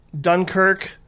Dunkirk